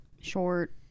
short